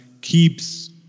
keeps